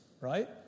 right